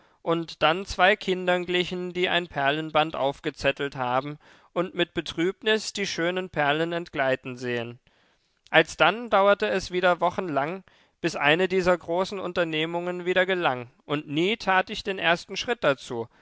und dann zwei kindern glichen die ein perlenband aufgezettelt haben und mit betrübnis die schönen perlen entgleiten sehen alsdann dauerte es wieder wochenlang bis eine dieser großen unternehmungen wieder gelang und nie tat ich den ersten schritt dazu